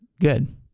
good